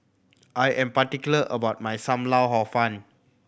I am particular about my Sam Lau Hor Fun